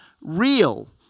real